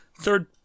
Third